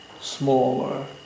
smaller